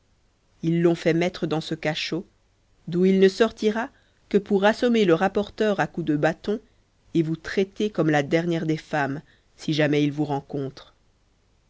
ils l'on fait mettre dans ce cachot d'où il ne sortira que pour assommer le rapporteur à coups de bâton et vous traiter comme la dernière des femmes si jamais il vous rencontre